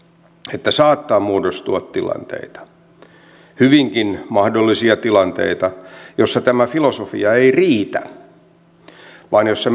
että saattaa muodostua tilanteita hyvinkin mahdollisia tilanteita joissa tämä filosofia ei riitä vaan joissa